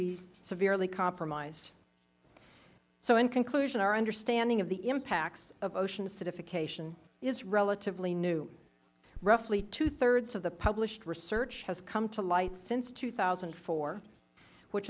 be severely compromised so in conclusion our understanding of the impacts of ocean acidification is relatively new roughly two thirds of the published research has come to light since two thousand and four which